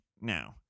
No